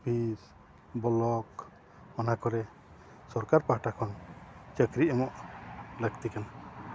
office block ᱚᱱᱟ ᱠᱚᱨᱮ ᱥᱚᱨᱠᱟᱨ ᱯᱟᱦᱟᱴᱟ ᱠᱷᱚᱱ ᱪᱟᱹᱠᱨᱤ ᱮᱢᱚᱜ ᱞᱟᱹᱠᱛᱤ ᱠᱟᱱᱟ